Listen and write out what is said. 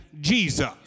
Jesus